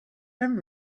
then